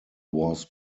was